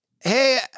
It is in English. Hey